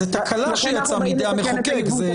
זו תקלה שיצאה מידי המחוקק.